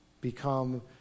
become